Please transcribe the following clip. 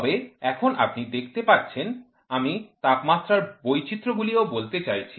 তবে এখন আপনি দেখতে পাচ্ছেন আমি তাপমাত্রার বৈচিত্রগুলিও বলতে চাইছি